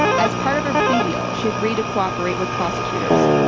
as part of her plea deal, she agreed to cooperate with prosecutors.